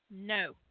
No